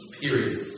period